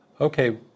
Okay